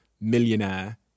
millionaire